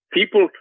People